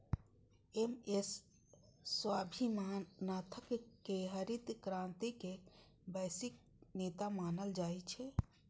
M S Swaminathan कें हरित क्रांतिक वैश्विक नेता मानल जाइ छै